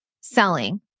selling